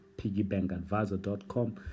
piggybankadvisor.com